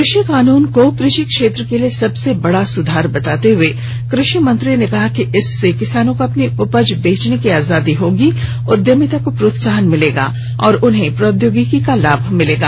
कृषि कानून को कृषि क्षेत्र के लिए सबसे बड़ा सुधार बताते हुए कृषि मंत्री ने कहा कि इससे किसानों को अपनी उपज को बेचने की आजादी होगी उद्यमिता को प्रोत्साहन मिलेगा और उन्हें प्रौद्योगिकी का लाभ मिलेगा